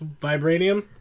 vibranium